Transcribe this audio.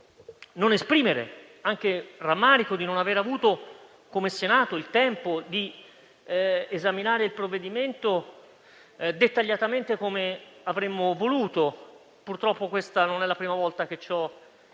non esprimere il rammarico di non aver avuto, come Senato, il tempo di esaminare il provvedimento dettagliatamente, come avremmo voluto. Purtroppo non è la prima volta che ciò avviene;